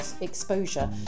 exposure